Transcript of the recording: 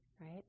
right